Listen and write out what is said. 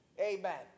Amen